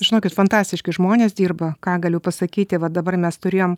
žinokit fantastiški žmonės dirba ką galiu pasakyti va dabar mes turėjom